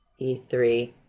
E3